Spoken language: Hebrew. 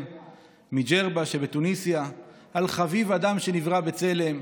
מג'רבה שבתוניסיה על "חביב אדם שנברא בצלם",